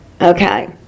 Okay